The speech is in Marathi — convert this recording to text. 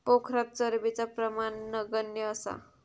पोखरात चरबीचा प्रमाण नगण्य असा